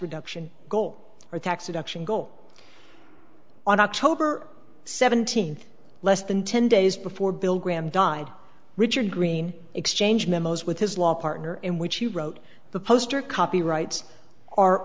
reduction goal or tax reduction goal on october seventeenth less than ten days before bill graham died richard greene exchange memos with his law partner in which he wrote the poster copyrights are